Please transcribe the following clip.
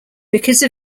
because